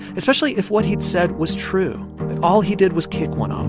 especially if what he'd said was true and all he did was kick one um